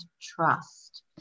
trust